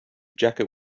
jacket